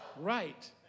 Right